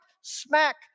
smack